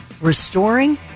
restoring